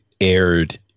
aired